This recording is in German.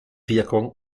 wirkung